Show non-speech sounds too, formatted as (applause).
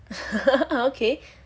(laughs) okay